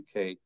UK